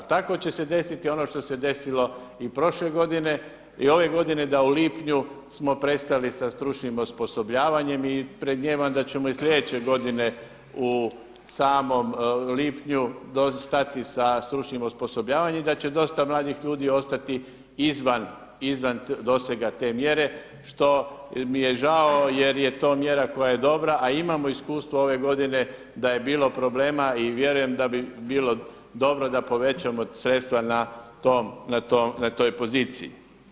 Tako će se desiti ono što se desilo i prošle godine i ove godine da u lipnju smo prestali sa stručnim osposobljavanjem i predmijevam da ćemo i sljedeće godine u samom lipnju stati sa stručnim osposobljavanjem i da će dosta mladih ljudi ostati izvan dosega te mjere što mi je žao jer je to mjera koja je dobra, a imamo iskustvo ove godine da je bilo problema i vjerujem da bi bilo dobro da povećamo sredstva na toj poziciji.